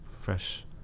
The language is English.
fresh